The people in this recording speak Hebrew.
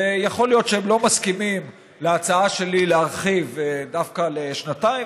ויכול להיות שהם לא מסכימים להצעה שלי להרחיב דווקא לשנתיים,